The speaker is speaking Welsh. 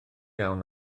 iawn